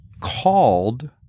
called